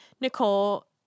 Nicole